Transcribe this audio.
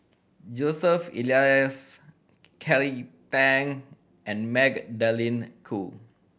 Joseph Elias Kelly Tang and Magdalene Khoo